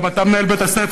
כי אתה מנהל בית-הספר".